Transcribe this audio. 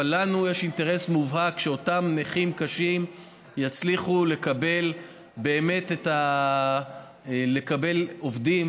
אבל לנו יש אינטרס מובהק שאותם נכים קשים יצליחו באמת לקבל עובדים,